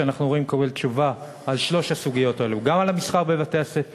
שאנחנו ראויים לקבל תשובה על שלוש הסוגיות האלו: גם על המסחר בבתי-הספר,